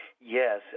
Yes